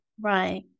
Right